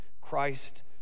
Christ